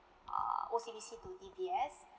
err O_C_B_C to D_B_S